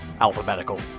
alphabetical